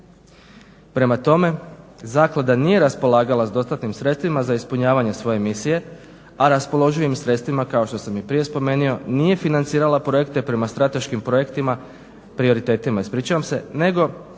Prema tome, zaklada nije raspolagala s dostatnim sredstvima za ispunjavanje svoje misije a raspoloživim sredstvima kao što sam prije spomenuo nije financirala projekte prema strateškim prioritetima nego